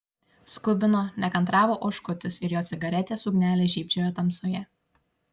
skubino nekantravo oškutis ir jo cigaretės ugnelė žybčiojo tamsoje